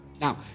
Now